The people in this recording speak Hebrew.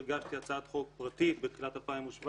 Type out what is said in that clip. אני הגשתי הצעת חוק פרטית בתחילת 2017,